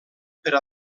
per